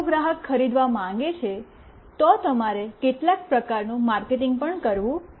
જો ગ્રાહક ખરીદવા માંગે છે તો તમારે કેટલાક પ્રકારનું માર્કેટિંગ પણ કરવું પડશે